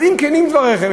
אז אם כנים דבריכם,